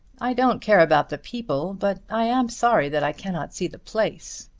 i don't care about the people, but i am sorry that i cannot see the place.